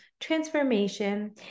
transformation